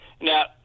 Now